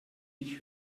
ich